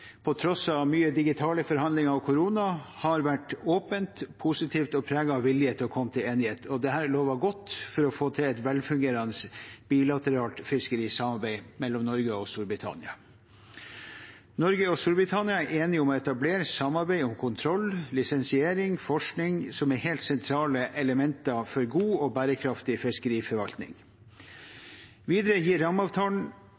på tross av mye digitale forhandlinger og korona, har vært åpent, positivt og preget av vilje til å komme til enighet. Dette lover godt for å få til et velfungerende bilateralt fiskerisamarbeid mellom Norge og Storbritannia. Norge og Storbritannia er enige om å etablere samarbeid om kontroll, lisensiering og forskning, som er helt sentrale elementer for god og bærekraftig